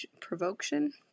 provocation